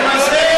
התמזל